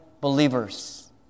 believers